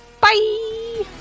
Bye